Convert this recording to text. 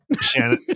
Shannon